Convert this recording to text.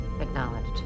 Acknowledged